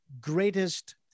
greatest